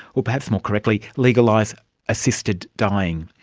or perhaps more correctly, legalise assisted dying.